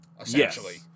essentially